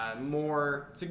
more